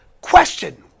Question